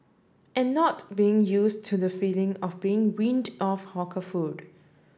and not being use to the feeling of being weaned off hawker food